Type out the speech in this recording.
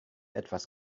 etwas